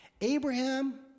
Abraham